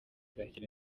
zakira